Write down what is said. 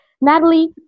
Natalie